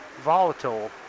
volatile